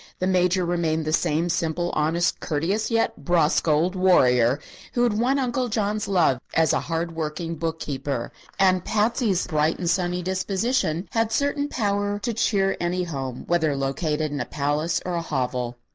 the major remained the same simple, honest, courteous yet brusque old warrior who had won uncle john's love as a hard working book-keeper and patsy's bright and sunny disposition had certain power to cheer any home, whether located in a palace or a hovel.